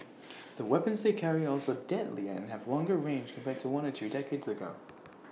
the weapons they carry are also deadlier and have longer range compared to one or two decades ago